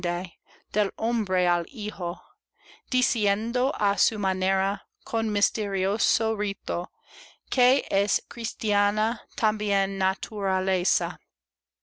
hombre al hijo diciendo á su manera con misterioso rito que es cristiana también